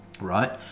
Right